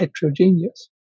heterogeneous